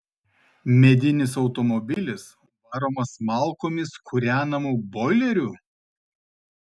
medinis automobilis varomas malkomis kūrenamu boileriu